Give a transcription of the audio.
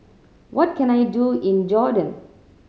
what can I do in Jordan